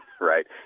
right